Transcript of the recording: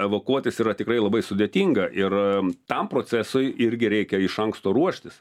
evakuotis yra tikrai labai sudėtinga ir tam procesui irgi reikia iš anksto ruoštis